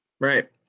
Right